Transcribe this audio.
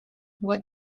what